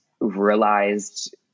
realized